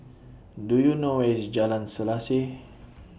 Do YOU know Where IS Jalan Selaseh